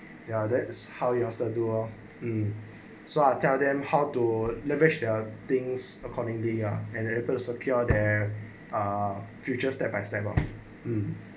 ya that's how yours the duo in so I tell them how to lavish their things accordingly are unable to secure their ah future step by step lor mm